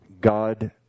God